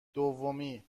دومی